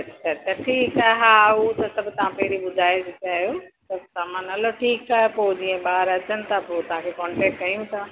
अच्छा अच्छा ठीकु आहे हा उहो त सभु तव्हां पहिरीं ॿुधाए चुकिया आहियो सभु सामान हलो ठीकु आहे पोइ जीअं ॿार अचनि था पोइ तव्हांखे कॉन्टेक्ट कयूं था